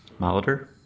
Molitor